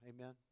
Amen